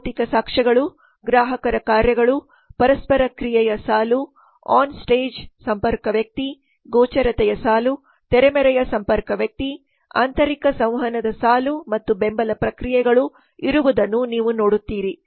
ಭೌತಿಕ ಸಾಕ್ಷ್ಯಗಳು ಗ್ರಾಹಕರ ಕಾರ್ಯಗಳು ಪರಸ್ಪರ ಕ್ರಿಯೆಯ ಸಾಲು ಆನ್ ಸ್ಟೇಜ್ ಸಂಪರ್ಕ ವ್ಯಕ್ತಿ ಗೋಚರತೆಯ ಸಾಲು ತೆರೆಮರೆಯ ಸಂಪರ್ಕ ವ್ಯಕ್ತಿ ಆಂತರಿಕ ಸಂವಹನದ ಸಾಲು ಮತ್ತು ಬೆಂಬಲ ಪ್ರಕ್ರಿಯೆಗಳು ಇರುವುದನ್ನು ನೀವು ನೋಡುತ್ತೀರಿ